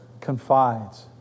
confides